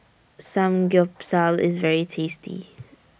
Samgyeopsal IS very tasty